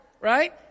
Right